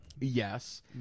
Yes